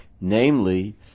namely